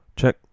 check